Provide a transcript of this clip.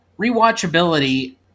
Rewatchability